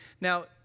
Now